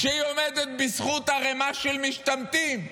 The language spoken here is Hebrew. כשהיא עומדת בזכות ערמה של משתמטים,